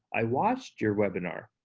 i watched your webinar.